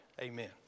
Amen